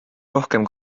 rohkem